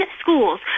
schools